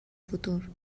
futur